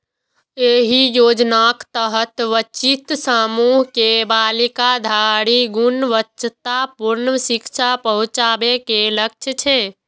एहि योजनाक तहत वंचित समूह के बालिका धरि गुणवत्तापूर्ण शिक्षा पहुंचाबे के लक्ष्य छै